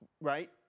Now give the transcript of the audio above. right